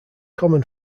common